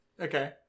Okay